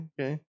okay